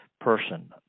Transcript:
person